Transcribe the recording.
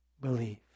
believe